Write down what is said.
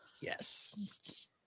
Yes